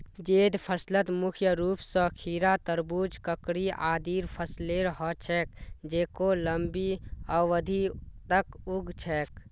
जैद फसलत मुख्य रूप स खीरा, तरबूज, ककड़ी आदिर फसलेर ह छेक जेको लंबी अवधि तक उग छेक